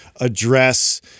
address